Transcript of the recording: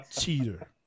cheater